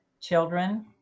children